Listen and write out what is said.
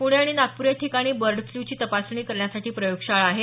पूणे आणि नागपूर या ठिकाणी बर्ड फ्ल्यू ची तपासणी करण्यासाठी प्रयोगशाळा आहेत